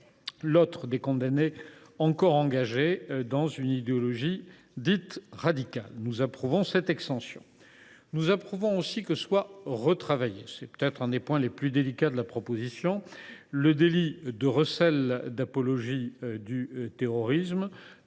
les personnes condamnées encore engagées dans une idéologie radicale. Nous approuvons une telle extension. Nous approuvons aussi que soit retravaillé – c’est peut être l’un des points les plus délicats de la proposition de loi – le délit de recel d’apologie du terrorisme.